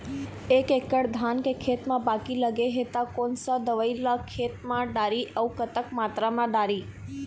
एक एकड़ धान के खेत मा बाकी लगे हे ता कोन सा दवई ला खेत मा डारी अऊ कतक मात्रा मा दारी?